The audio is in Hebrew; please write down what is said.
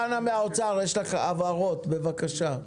דנה מהאוצר, יש לך הבהרות, בבקשה.